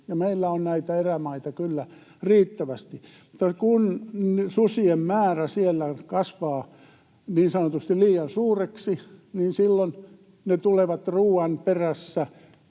Meillä on näitä erämaita kyllä riittävästi, mutta kun susien määrä siellä kasvaa niin sanotusti liian suureksi, niin silloin ne tulevat ruoan perässä